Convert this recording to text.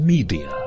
Media